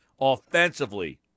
offensively